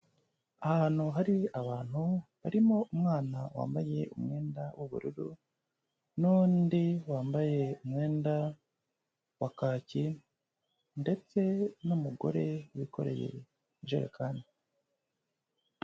Ahantu hari abantu barimo umwana wambaye umwenda w'ubururu n'undi wambaye umwenda wa kaki ndetse n'umugore wikoreye ijerekani.